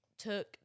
took